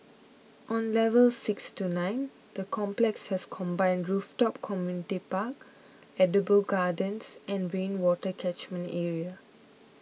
on levels six to nine the complex has a combined rooftop community park edible gardens and rainwater catchment area